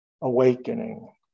awakening